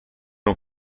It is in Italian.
non